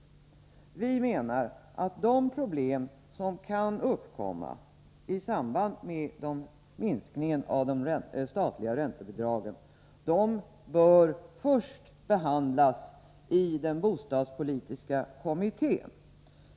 Folkpartiet menar att de problem som kan uppkomma i samband med minskningen av de statliga räntebidragen först bör behandlas i den bostadspolitiska kommittén.